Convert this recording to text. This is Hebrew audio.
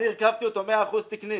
אני הרכבתי אותו 100% תקני.